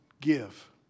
give